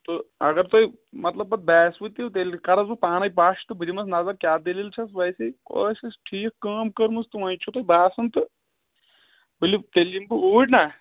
تہٕ اگر تُہۍ مطلب پَتہٕ بیسوٕ تہٕ تیٚلہِ کَرَس بہٕ پانَے پَش تہٕ بہٕ دِمَس نظر کیٛاہ دٔلیٖل چھَس ویسے ٲسۍ أسۍ ٹھیٖک کٲم کٔرمٕژ تہٕ وۄںۍ چھُو تۄہہِ باسان تہٕ ؤلِو تیٚلہِ یِمہٕ بہٕ اوٗرۍ نا